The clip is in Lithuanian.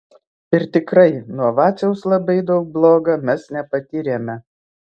ir tikrai nuo vaciaus labai daug bloga mes nepatyrėme